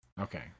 Okay